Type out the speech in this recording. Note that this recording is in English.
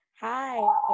Hi